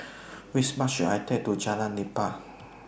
Which Bus should I Take to Jalan Nipah